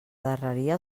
darreria